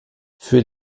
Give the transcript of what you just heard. für